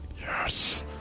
Yes